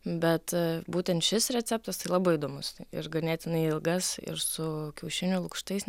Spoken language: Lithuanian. bet būtent šis receptas tai labai įdomus ir ganėtinai ilgas ir su kiaušinių lukštais